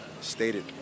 stated